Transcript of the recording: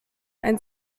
ein